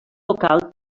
local